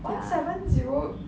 ya